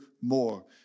more